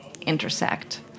intersect